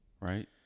Right